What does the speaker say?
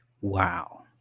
Wow